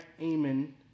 Amon